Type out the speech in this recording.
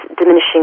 diminishing